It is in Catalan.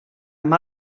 amb